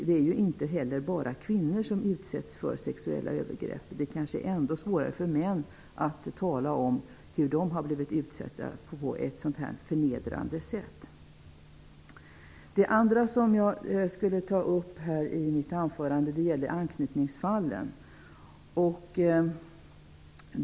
Det är inte heller bara kvinnor som utsätts för sexuella övergrepp. Det kanske är ännu svårare för män att tala om hur de har blivit utsatta på ett förnedrande sätt. Det andra ämne jag vill ta upp i mitt anförande är anknytningsfallen.